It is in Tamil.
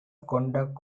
கொண்ட